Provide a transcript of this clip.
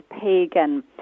pagan